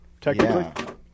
technically